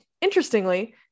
interestingly